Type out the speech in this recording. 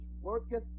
working